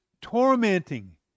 tormenting